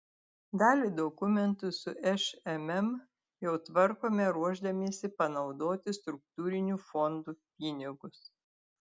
dalį dokumentų su šmm jau tvarkome ruošdamiesi panaudoti struktūrinių fondų pinigus